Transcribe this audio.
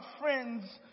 friends